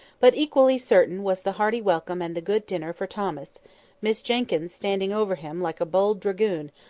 but equally certain was the hearty welcome and the good dinner for thomas miss jenkyns standing over him like a bold dragoon,